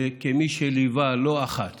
וכמי שליווה לא אחת